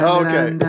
okay